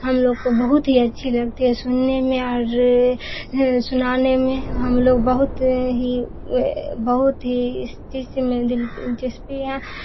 ہم لوگ کو بہت ہی اچھی لگتی ہے سننے میں اور سنانے میں ہم لوگ بہت ہی بہت ہی اس چیز میں دل دلچسپی ہے